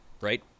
right